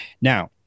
Now